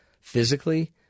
physically